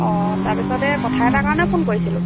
অঁ তাৰপিছতে কথা এটাৰ কাৰণে ফোন কৰিছিলোঁ